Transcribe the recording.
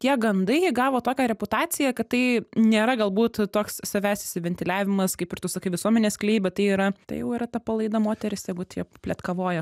tie gandai jie gavo tokią reputaciją kad tai nėra galbūt toks savęs išsiventiliavimas kaip ir tu sakai visuomenės klijai bet tai yra tai jau yra ta palaida moteris jeigu tie pletkavoja